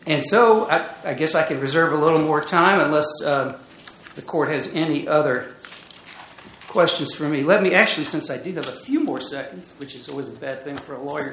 and so i guess i could reserve a little more time unless the court has any other questions for me let me actually since i do that a few more seconds which is always a bad thing for a lawyer